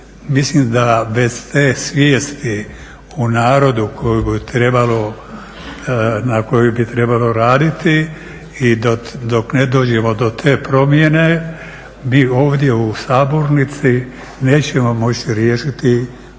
Mislim da bez te svijesti o narodu koju bi trebalo, na kojoj bi trebalo raditi i dok ne dođemo do te promjene mi ovdje u sabornici nećemo moći riješiti